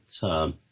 term